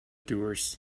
doers